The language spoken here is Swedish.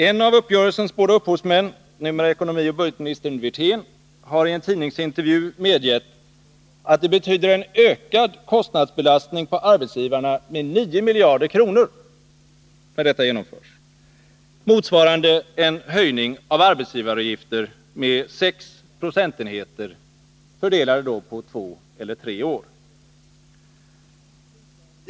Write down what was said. En av uppgörelsens båda upphovsmän, numera ekonomioch budgetministern Wirtén, har i en tidningsintervju medgett, att det betyder en ökad kostnadsbelastning på arbetsgivarna med 9 miljarder kronor, motsvarande en höjning av arbetsgivaravgifter med 6 procentenheter fördelade på två eller tre år.